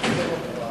הכנסת זאב,